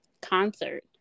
concert